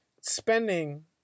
spending